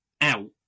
out